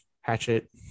hatchet